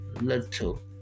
little